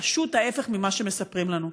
פשוט ההפך ממה שמספרים לנו.